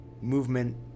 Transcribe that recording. movement